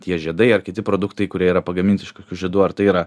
tie žiedai ar kiti produktai kurie yra pagaminti iš kokių žiedų ar tai yra